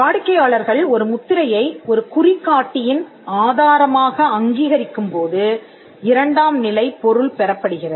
வாடிக்கையாளர்கள் ஒரு முத்திரையை ஒரு குறி காட்டியின் ஆதாரமாக அங்கீகரிக்கும் போது இரண்டாம்நிலை பொருள் பெறப்படுகிறது